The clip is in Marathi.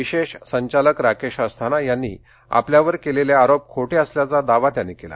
विशेष संचालक राकेश अस्थाना यांनी आपल्यावर केलेले आरोप खोटे असल्याचा दावा त्यांनी केला